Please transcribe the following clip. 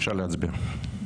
הסתייגות מספר 6. אפשר להצביע.